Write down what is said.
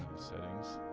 settings